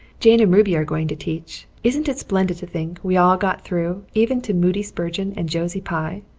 jane and ruby are going to teach. isn't it splendid to think we all got through even to moody spurgeon and josie pye?